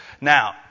now